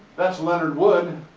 that's leonard wood,